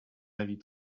avis